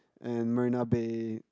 and marina bay